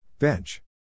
Bench